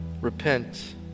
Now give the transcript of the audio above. repent